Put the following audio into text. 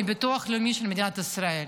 מביטוח לאומי של מדינת ישראל,